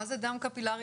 מה זה דם קפילרי?